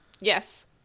Yes